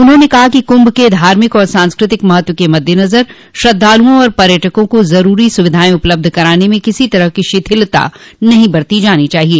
उन्होंने कहा कि कुम्भ के धार्मिक और सांस्कृतिक महत्व के मद्दनज़र श्रद्धालुओं और पर्यटकों को ज़रूरी सुविधाएं उपलब्ध कराने में किसी तरह की शिथिलता नहीं बरती जानी चाहिए